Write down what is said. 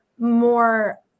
more